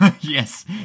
Yes